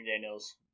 Daniels